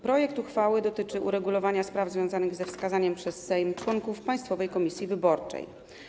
Projekt uchwały dotyczy uregulowania spraw związanych ze wskazaniem przez Sejm członków Państwowej Komisji Wyborczej.